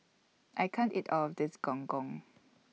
I can't eat All of This Gong Gong